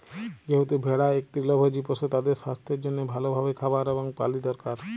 যেহেতু ভেড়া ইক তৃলভজী পশু, তাদের সাস্থের জনহে ভাল ভাবে খাবার এবং পালি দরকার